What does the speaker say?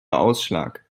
ausschlag